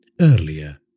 Earlier